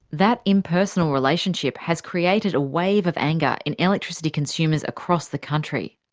that impersonal relationship has created a wave of anger in electricity consumers across the country.